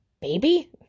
baby